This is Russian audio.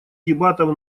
дебатов